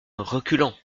reculant